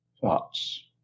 thoughts